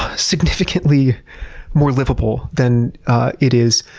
significantly more livable than it is.